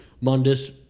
Mundus